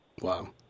Wow